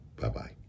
Bye-bye